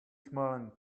smiling